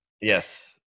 Yes